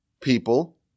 people